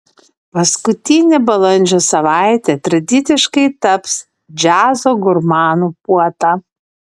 paskutinė balandžio savaitė tradiciškai taps džiazo gurmanų puota